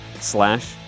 slash